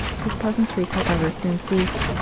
his pleasantries, however, soon ceased,